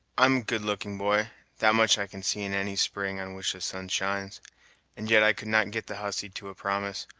i'm good-looking, boy that much i can see in any spring on which the sun shines and yet i could not get the hussy to a promise,